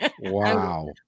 Wow